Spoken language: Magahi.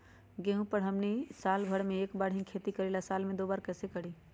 गेंहू के हमनी साल भर मे एक बार ही खेती करीला साल में दो बार कैसे करी?